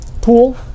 pool